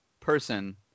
person